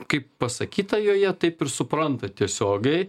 kaip pasakyta joje taip ir supranta tiesiogiai